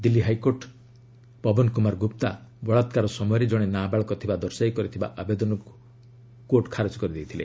Delhi high court Pawan Kumar Gupta ବଳାତ୍କାର ସମୟରେ ଜଣେ ନାବାଳକ ଥିବା ଦର୍ଶାଇ କରିଥିବା ଆବେଦନକୁ ଖାରଜ କରିଦେଇଥିଲେ